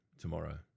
tomorrow